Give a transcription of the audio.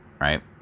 right